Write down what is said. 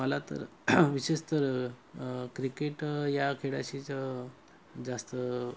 मला तर विशेष तरक्रिकेट या खेळाशीच जास्त